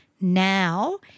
now